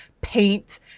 paint